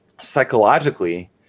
psychologically